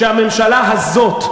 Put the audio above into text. שהממשלה הזאת,